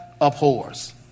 abhors